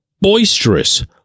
boisterous